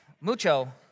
mucho